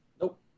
Nope